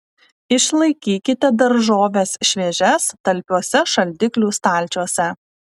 išlaikykite daržoves šviežias talpiuose šaldiklių stalčiuose